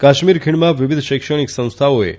કાશ્મીર ખીણમાં વિવિધ શૈક્ષણિક સંસ્થાઓએ તમામ